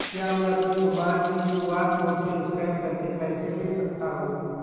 क्या मैं अपनी दुकान में क्यू.आर कोड से स्कैन करके पैसे ले सकता हूँ?